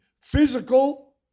physical